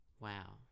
Wow